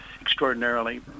extraordinarily